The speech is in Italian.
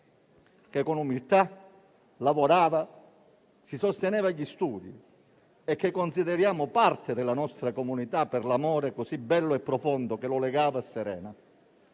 che con umiltà lavorava, si sosteneva negli studi e che consideriamo parte della nostra comunità per l'amore così bello e profondo che lo legava a Serena.